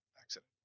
accident